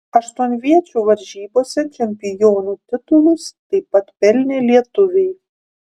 aštuonviečių varžybose čempionų titulus taip pat pelnė lietuviai